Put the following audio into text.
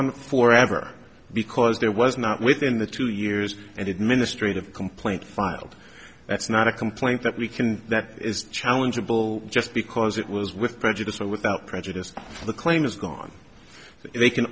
gone for ever because there was not within the two years and administrative complaint filed that's not a complaint that we can that is challengeable just because it was with prejudice or without prejudice the claim is gone they can